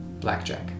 Blackjack